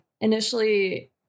initially